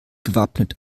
gewappnet